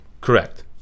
Correct